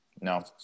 No